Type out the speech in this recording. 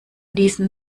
diesen